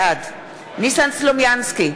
בעד ניסן סלומינסקי,